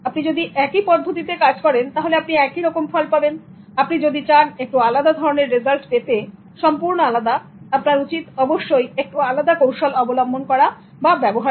আপনি যদি একই পদ্ধতিতে কাজ করেন তাহলে আপনি একই রকম ফল পাবেন আপনি যদি চান একটু আলাদা ধরনের রেজাল্ট পেতে সম্পূর্ণ আলাদা আপনার উচিত অবশ্যই একটু আলাদা কৌশল অবলম্বন করা বা ব্যবহার করা